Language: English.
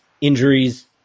injuries